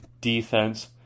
defense